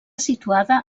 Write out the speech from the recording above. situada